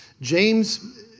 James